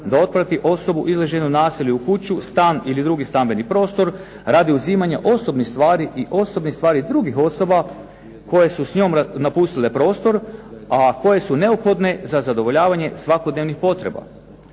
da otplati osobu izloženu nasilju u kuću, stan ili drugi stambeni prostor radi uzimanja osobnih stvari i osobnih stvari drugih osoba koje su s njom napustile prostor a koje su neophodne za zadovoljavanje svakodnevnih potreba.